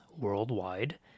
worldwide